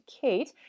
Kate